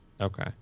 Okay